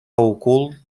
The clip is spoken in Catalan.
ocult